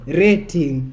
rating